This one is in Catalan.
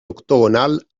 octogonal